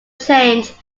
change